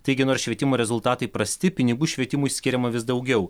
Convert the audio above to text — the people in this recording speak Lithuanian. taigi nors švietimo rezultatai prasti pinigų švietimui skiriama vis daugiau